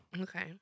Okay